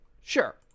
Sure